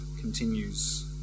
continues